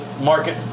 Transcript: market